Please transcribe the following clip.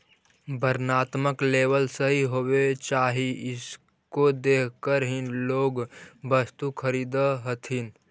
वर्णात्मक लेबल सही होवे चाहि इसको देखकर ही लोग वस्तु खरीदअ हथीन